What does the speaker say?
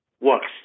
works